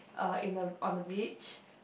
uh in a on a beach